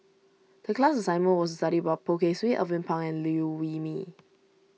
the class assignment was to study about Poh Kay Swee Alvin Pang and Liew Wee Mee